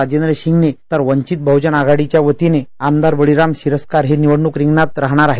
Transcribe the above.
राजेंद्र शिंगणे वंचीत बहजन आघाडीच्या वतीने बळीराम सिरस्कार हे निवडण्क रिंगणात राहणार आहेत